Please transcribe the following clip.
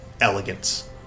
elegance